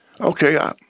Okay